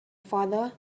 father